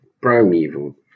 Primeval